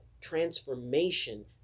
transformation